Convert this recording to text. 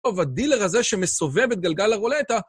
טוב, הדילר הזה שמסובב את גלגל הרולטה...